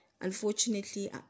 unfortunately